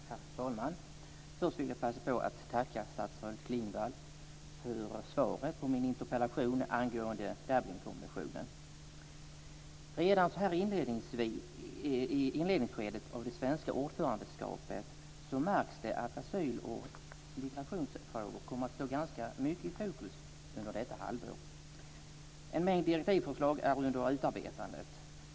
Herr talman! Först vill jag passa på att tacka statsrådet Klingvall för svaret på min interpellation angående Dublinkonventionen. Redan så här i inledningsskedet av det svenska ordförandeskapet märks det att asyl och migrationsfrågor kommer att stå ganska mycket i fokus under detta halvår. En mängd direktivförslag är under utarbetande.